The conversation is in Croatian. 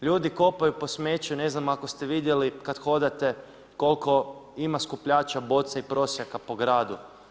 Ljudi kopaju po smeću, ne znam ako ste vidjeli kada hodate koliko ima skupljača boca i prosjaka po gradu.